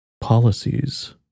Policies